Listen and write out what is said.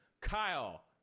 kyle